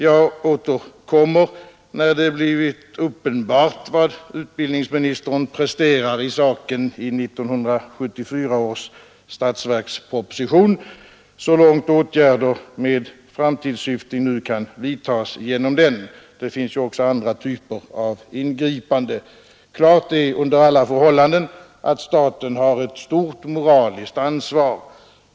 Jag återkommer när det har blivit uppenbart vad utbildningsministern presterar i saken i 1974 års statsverksproposition, så långt åtgärder med framtidssyftning nu kan vidtas genom den. Det finns ju också andra typer av ingripanden. Klart är under alla förhållanden att staten har ett stort moraliskt ansvar.